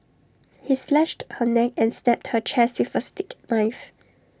he slashed her neck and stabbed her chest with A steak knife